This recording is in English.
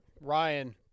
Ryan